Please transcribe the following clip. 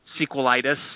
sequelitis